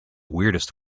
weirdest